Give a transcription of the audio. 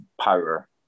power